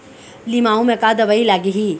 लिमाऊ मे का दवई लागिही?